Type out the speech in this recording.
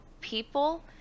people